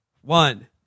one